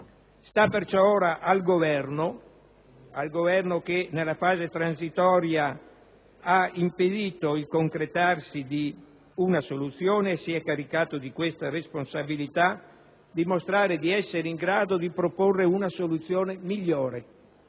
Ora, perciò, sta al Governo, che nella fase transitoria ha impedito il concretarsi di una soluzione e si è caricato di questa responsabilità, dimostrare di essere in grado di proporre una soluzione migliore